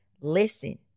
listen